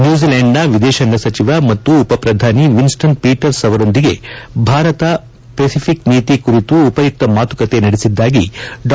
ನ್ಯೂಜಿಲ್ಯಾಂಡ್ನ ವಿದೇಶಾಂಗ ಸಚಿವ ಮತ್ತು ಉಪಪ್ರಧಾನಿ ವಿನ್ಸ್ಟನ್ ಪೀಟರ್ಪ್ ಅವರೊಂದಿಗೆ ಭಾರತ ಫೆಸಿಪಿಕ್ ನೀತಿ ಕುರಿತು ಉಪಯುಕ್ತ ಮಾತುಕತೆ ನಡೆಸಿದ್ದಾಗಿ ಡಾ